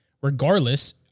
Regardless